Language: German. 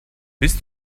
bist